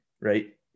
right